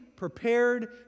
prepared